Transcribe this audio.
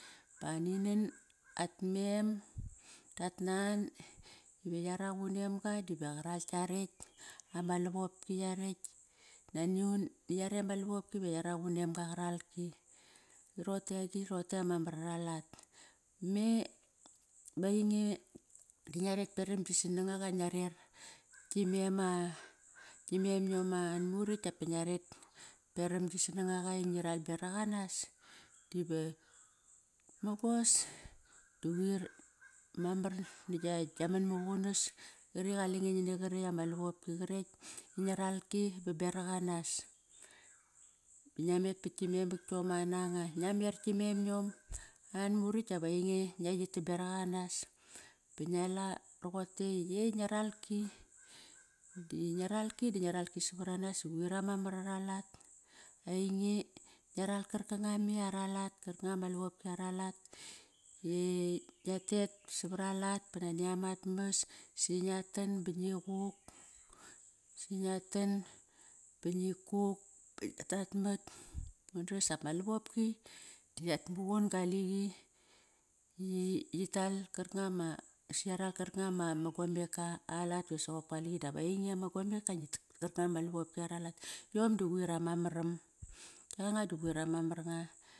Ba ani nan at mem dat nan iva yarak unemga diva qaral kiarekt ama lavopki yarekt Nanium na yarekt ama lavopki va yarak unemga qaralki rote agini? rote ama mar ara lat Me me einge di ngiaret peram gi snangaqa i ngia rer gi mem a, gimemiom an murakt dapa ngia ret peram gi snang aqa ingi ral beraq anas dive mogos di quir mamr na gia man muqunas qari qalenge ngi na qarekt ama lavopki qarekt ingia ral ki ba beraq anas Ngia met pat ki memiom ananga, ngia mer gi memiom an murakt dap ainge ngia qitam beraq anas ba ngia la roqote i yekt ngia ralki di ngia ralkmi da ngia ralki savar anas ba quir ama mar ara lat. Einge ngia ral karkanga me ara lat, karkanga ma lavopki ara lat i ngiat tet ba savar alat ba nani amat mas si ngia tan ba ngi quk, si ngia tan ba ngi kuk, ngiat tatman ngan dras dap ma lavopki di yat muqun kaliqi, kital karkanga ma, si yaral karkanga ma gomeka alat va soqopka kali, dap ainge ma gomeka ngi tak para ma lavopki ara lat Yom da quir ama maram, yanga du quir ama mar nga.